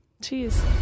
Cheers